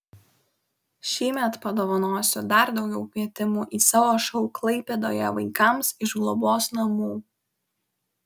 šįmet padovanosiu dar daugiau kvietimų į savo šou klaipėdoje vaikams iš globos namų